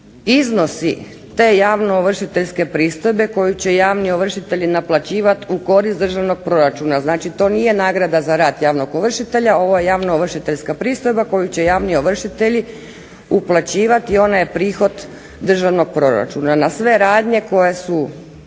iznosi te javnoovršiteljske pristojbe koju će javni ovršitelji naplaćivati u korist državnog proračuna, znači to nije nagrada za rad javnog ovršitelja, ovo je javnoovršiteljska pristojba koju će javni ovršitelji uplaćivati onaj prihod državnog proračuna na sve radnje koje su,